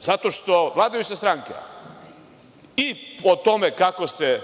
zato što vladajuća stranka i o tome kako se